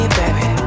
baby